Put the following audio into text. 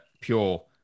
pure